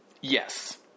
Yes